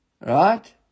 Right